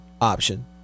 option